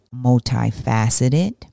multifaceted